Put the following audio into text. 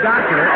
Doctor